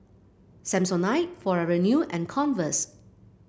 Samsonite Forever New and Converse